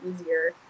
easier